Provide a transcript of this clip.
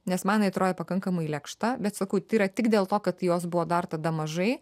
nes man jinai atrodė pakankamai lėkšta bet sakau tai yra tik dėl to kad jos buvo dar tada mažai